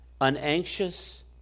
unanxious